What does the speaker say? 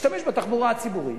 משתמשים בתחבורה הציבורית